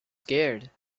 scared